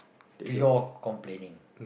pure complaining